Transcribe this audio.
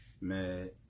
Mad